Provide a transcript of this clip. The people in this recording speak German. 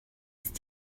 ist